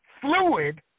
fluid